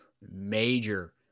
major